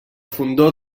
fondó